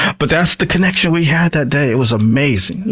but that's the connection we had that day. it was amazing.